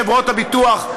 חברות הביטוח,